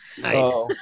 Nice